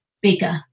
bigger